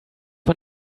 man